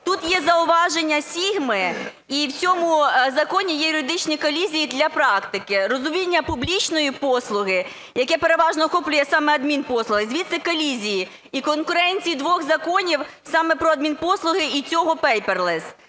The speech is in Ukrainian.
тут зауваження є SIGMA. І в цьому законі є юридичні колізії для практики. Розуміння публічної послуги, яке переважно охоплює саме адмінпослуги, звідси колізії. І конкуренція двох законів саме про адмінпослугу і цього paperless,